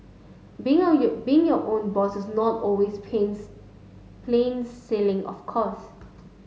being on you being your own boss is not always pains plain sailing of course